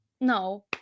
no